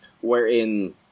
wherein